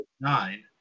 nine